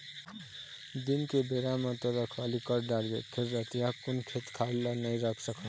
दिन के बेरा म तो रखवाली कर डारबे फेर रतिहा कुन खेत खार ल नइ राख सकस